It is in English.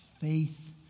faith